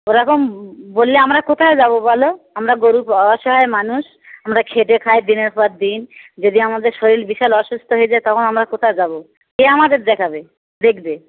ওরকম বললে আমরা কোথায় যাবো বলো আমরা গরিব অসহায় মানুষ আমরা খেটে খাই দিনের পর দিন যদি আমাদের শরিল বিশাল অসুস্থ হয়ে যায় তখন আমরা কোথায় যাবো কে আমাদের দেখাবে দেখবে